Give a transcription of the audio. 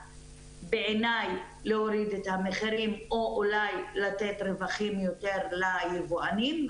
בעיני להוריד את המחירים או אולי לתת רווחים יותר ליבואנים,